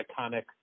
iconic